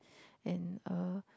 and a